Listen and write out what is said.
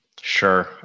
Sure